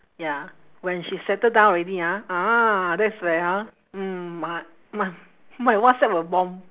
ya when she settle down already ah ah that's where ah mm m~ m~ my whatsapp will bomb